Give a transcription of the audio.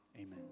amen